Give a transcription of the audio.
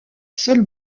seule